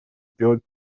сделать